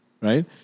right